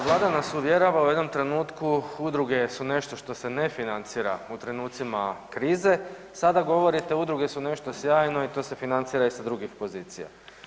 Dakle, Vlada nas uvjerava u jednom trenutku udruge su nešto što se ne financira u trenucima krize, sada govorite udruge su nešto sjajno i to se financira i sa drugih pozicija.